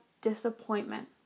disappointment